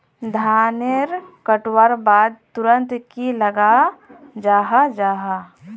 धानेर कटवार बाद तुरंत की लगा जाहा जाहा?